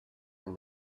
when